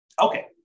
Okay